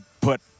put